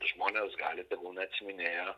žmonės gali tegul neatsiminėja